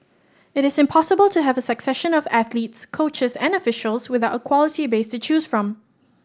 it is impossible to have a succession of athletes coaches and officials without a quality base to choose from